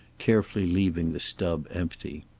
carefully leaving the stub empty.